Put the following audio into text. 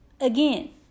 again